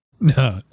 No